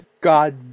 god